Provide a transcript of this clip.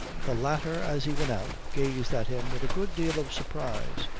the latter as he went out gazed at him with a good deal of surprise.